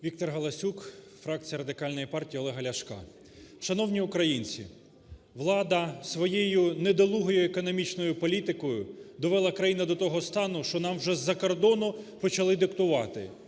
ВікторГаласюк, фракція Радикальної партії Олега Ляшка. Шановні українці! Влада своєю недолугою економічною політикою довела країну до того стану, що нам вже із-за кордону почали диктувати,